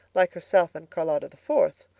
like herself and charlotta the fourth,